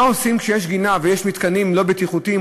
מה עושים כשיש גינה ויש מתקנים לא בטיחותיים,